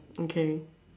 okay